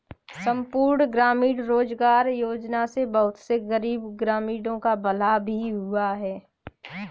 संपूर्ण ग्रामीण रोजगार योजना से बहुत से गरीब ग्रामीणों का भला भी हुआ है